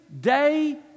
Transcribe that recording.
day